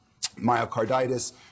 myocarditis